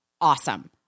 awesome